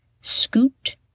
scoot